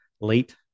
late